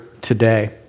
today